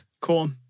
Cool